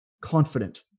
confident